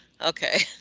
Okay